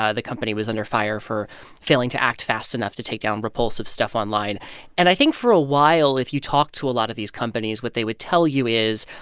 the company was under fire for failing to act fast enough to take down repulsive stuff online and i think for a while, if you talked to a lot of these companies, what they would tell you is,